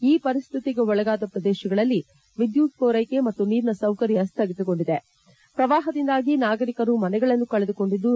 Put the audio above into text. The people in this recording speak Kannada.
ಈ ಪರಿಸ್ಥಿತಿಗೆ ಒಳಗಾದ ಪ್ರದೇಶಗಳಲ್ಲಿ ವಿದ್ಯುತ್ ಪೂರೈಕೆ ಮತ್ತು ನೀರಿನ ಸೌಕರ್ಯಸ್ಥಗಿತಗೊಂಡಿದೆ ಪ್ರವಾಹದಿಂದಾಗಿ ನಾಗರಿಕರು ಮನೆಗಳನ್ನು ಕಳೆದುಕೊಂಡಿದ್ದು